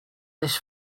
this